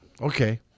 okay